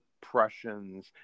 Prussians